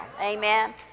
Amen